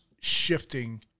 shifting